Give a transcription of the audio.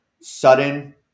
sudden